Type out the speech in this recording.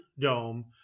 dome